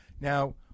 Now